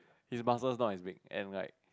his muscles not as big and like